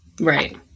right